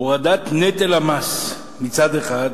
הורדת נטל המס מצד אחד,